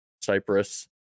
Cyprus